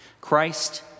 Christ